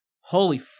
Holy